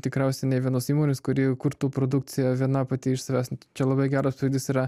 tikriausiai nė vienos įmonės kuri kurtų produkciją viena pati iš savęs čia labai geras pavyzdys yra